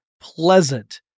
pleasant